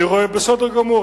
בסדר גמור.